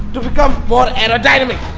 to become more aerodynamic!